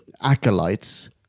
acolytes